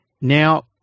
Now